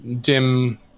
dim